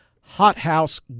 hothouse